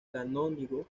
canónigo